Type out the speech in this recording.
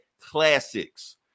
classics